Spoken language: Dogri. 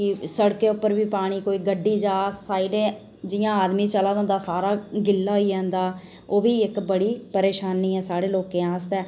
सड़कें पर बी पानी कोई गड्डी जा पानी कन्नै जि'यां आदमी चला दा होंदा सारा गिल्ला होई जा ओह्बी इक्क बड़ी परेशानी ऐ साढ़े लोकें आस्तै